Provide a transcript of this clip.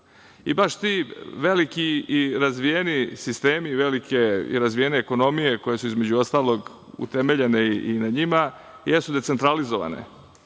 Baš ti veliki i razvijeni sistemi i velike i razvijene ekonomije koje su između ostalog utemeljene i na njima, jesu decentralizovane. Mislim